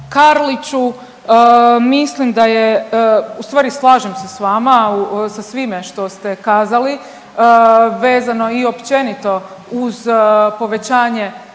Karliću, mislim da je, ustvari slažem se s vama sa svime što ste kazali vezano i općenito uz povećanje